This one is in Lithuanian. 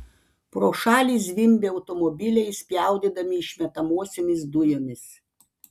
pro šalį zvimbė automobiliai spjaudydami išmetamosiomis dujomis